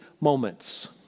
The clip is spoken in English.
moments